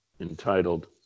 entitled